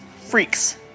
Freaks